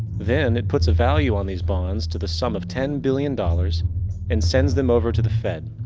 then it puts a value on these bonds to the sum of ten billion dollars and sends them over to the fed.